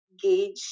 gauge